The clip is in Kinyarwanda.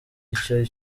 icyo